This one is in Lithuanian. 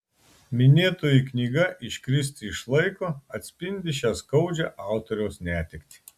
minėtoji knyga iškristi iš laiko atspindi šią skaudžią autoriaus netektį